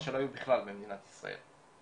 או שלא היו בכלל במדינת ישראל.